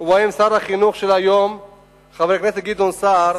ובהם שר החינוך של היום חבר הכנסת גדעון סער